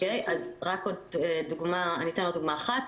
אתן רק עוד דוגמה אחת.